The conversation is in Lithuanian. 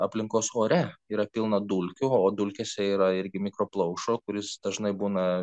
aplinkos ore yra pilna dulkių o dulkėse yra irgi mikroplaušo kuris dažnai būna